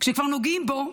כשכבר נוגעים בו,